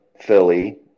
philly